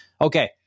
Okay